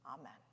Amen